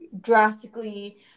drastically